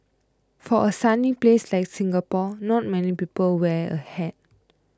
for a sunny place like Singapore not many people wear a hat